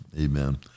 amen